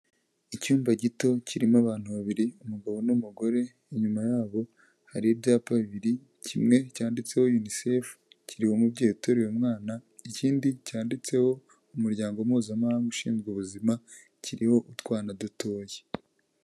Icyumba gito kirimo abantu babiri umugabo n'umugore, inyuma yabo hari ibyapa bibiri kimwe cyanditseho Yunisefu kiriho umubyeyi uteruye umwana ikindi cyanditseho umuryango mpuzamahanga ushinzwe ubuzima kiriho utwana dutoya.